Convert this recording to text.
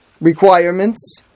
requirements